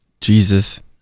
Jesus